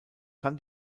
kann